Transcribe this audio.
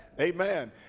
amen